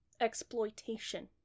Exploitation